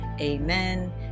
amen